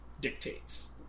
dictates